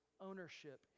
ownership